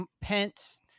Pence